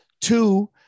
Two